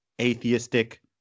atheistic